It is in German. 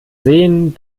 sehen